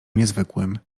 niezwykłym